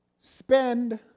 Spend